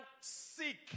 seek